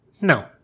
No